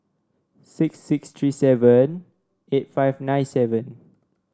six six three seven eight five nine seven